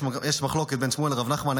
יש מחלוקת בין שמואל לרב נחמן,